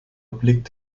obliegt